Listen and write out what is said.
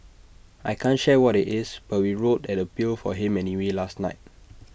I can't share what IT is but we wrote an appeal for him anyway last night